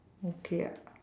okay